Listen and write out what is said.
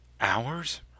hours